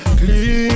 clean